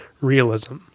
realism